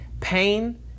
Pain